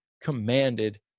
commanded